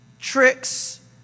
tricks